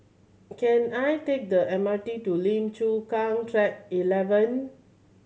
can I take the M R T to Lim Chu Kang Track Eleven